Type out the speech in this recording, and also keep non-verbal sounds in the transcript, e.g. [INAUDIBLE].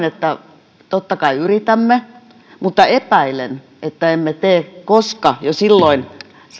[UNINTELLIGIBLE] että totta kai yritämme mutta epäilen että emme tee koska jo silloin